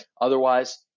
Otherwise